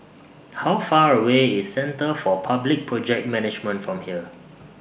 How Far away IS Centre For Public Project Management from here